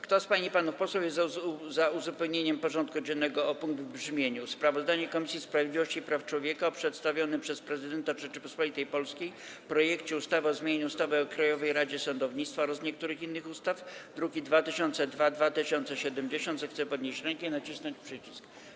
Kto z pań i panów posłów jest za uzupełnieniem porządku dziennego o punkt w brzmieniu: Sprawozdanie Komisji Sprawiedliwości i Praw Człowieka o przedstawionym przez Prezydenta Rzeczypospolitej Polskiej projekcie ustawy o zmianie ustawy o Krajowej Radzie Sądownictwa oraz niektórych innych ustaw, druki nr 2002 i 2070, zechce podnieść rękę i nacisnąć przycisk.